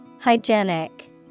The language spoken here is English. Hygienic